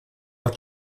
auch